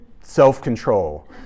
self-control